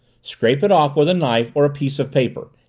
scrape it off with a knife or a piece of paper.